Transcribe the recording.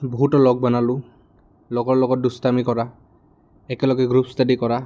বহুতো লগ বনালোঁ লগৰ লগত দুষ্টামী কৰা একেলগে গ্ৰুপ ষ্টাডি কৰা